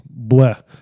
bleh